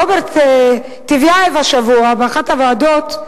רוברט טיבייב השבוע באחת הוועדות,